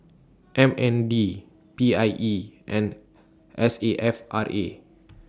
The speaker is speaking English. M N D P I E and S A F R A